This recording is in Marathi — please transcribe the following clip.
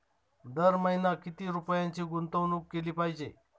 दर महिना किती रुपयांची गुंतवणूक केली पाहिजे?